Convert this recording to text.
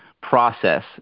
process